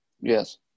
Yes